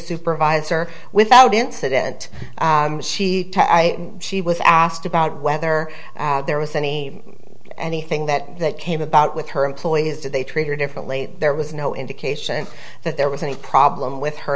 supervisor without incident she she was asked about whether there was any anything that that came about with her employers did they treat her differently there was no indication that there was any problem with her